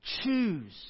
choose